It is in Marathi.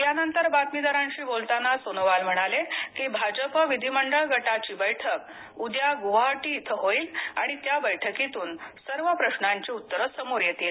यानंतर बातमीदारांशी बोलताना सोनोवाल म्हणाले की भाजपा विधीमंडळ गटाची बैठकी उद्या गुवाहाटी इथं होईल आणि त्या बैठकीतून सर्व प्रश्नांची उत्तरं समोर येतील